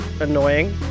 annoying